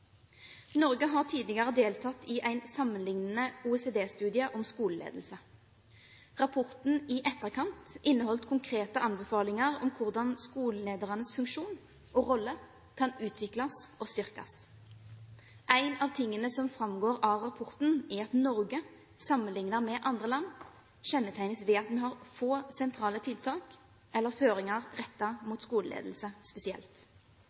Norge har tidligere deltatt i en sammenliknende OECD-studie om skoleledelse. Rapporten i etterkant inneholdt konkrete anbefalinger om hvordan skoleledernes funksjon og rolle kan utvikles og styrkes. En av tingene som framgår av rapporten, er at Norge, sammenliknet med andre land, kjennetegnes ved at man har få sentrale tiltak eller føringer rettet mot skoleledelse spesielt.